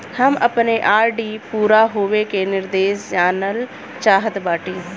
हम अपने आर.डी पूरा होवे के निर्देश जानल चाहत बाटी